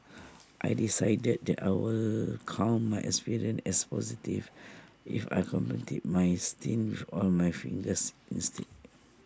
I decided that I would count my experience as positive if I completed my stint with all my fingers instinct